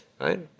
Right